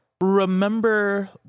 remember